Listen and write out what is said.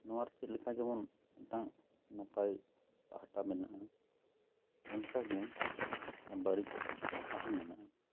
ᱱᱚᱣᱟ ᱨᱮ ᱪᱮᱫ ᱞᱮᱠᱟ ᱡᱮᱢᱚᱱ ᱢᱤᱫᱴᱟᱝ ᱱᱟᱯᱟᱭ ᱯᱟᱦᱟᱴᱟ ᱢᱮᱱᱟᱜᱼᱟ ᱚᱱᱠᱟ ᱜᱮ ᱵᱟᱹᱲᱤᱡ ᱯᱟᱦᱟᱴᱟ ᱦᱚᱸ ᱢᱮᱱᱟᱜᱼᱟ